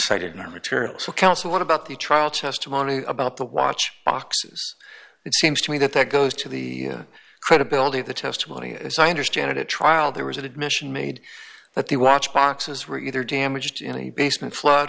cited in our materials so counsel what about the trial testimony about the watch boxes it seems to me that that goes to the credibility of the testimony as i understand it at trial there was an admission made that the watch boxes were either damaged in a basement flood